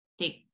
take